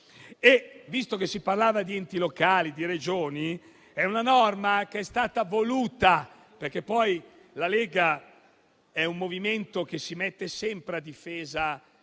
Visto che si parlava di enti locali e di Regioni, ricordo che è una norma - perché poi la Lega è un movimento che si mette sempre a difesa